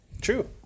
True